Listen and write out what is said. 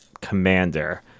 commander